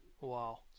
Wow